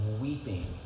Weeping